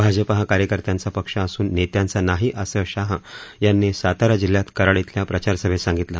भाजपा हा कार्यकर्त्यांचा पक्ष असून नेत्यांचा नाही असं शहा यांनी सातारा जिल्ह्यात कराड इथल्या प्रचारसभेत सांगितलं